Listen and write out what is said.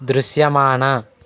దృశ్యమాన